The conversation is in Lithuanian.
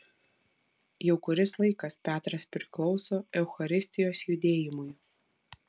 jau kuris laikas petras priklauso eucharistijos judėjimui